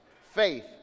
faith